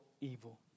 evil